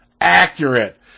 accurate